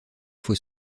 faut